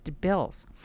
bills